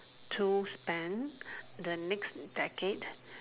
to spend the next decade